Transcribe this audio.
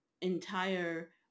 entire